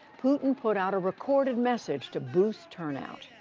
putin put out a recorded message to boost turnout.